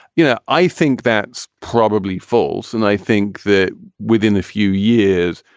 you know, i think that's probably false. and i think that within a few years,